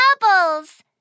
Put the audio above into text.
bubbles